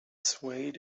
swayed